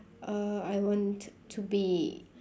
uh I want to be